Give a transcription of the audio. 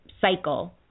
cycle